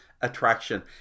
attraction